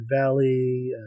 Valley